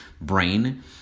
brain